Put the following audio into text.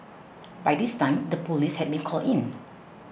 by this time the police has been called in